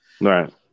Right